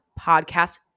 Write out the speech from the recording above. podcast